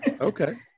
okay